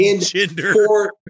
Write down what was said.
gender